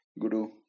guru